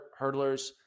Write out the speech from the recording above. hurdlers